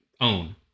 own